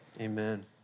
amen